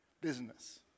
business